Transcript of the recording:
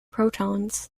protons